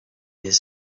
his